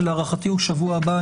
שלהערכתי הוא בשבוע הבא,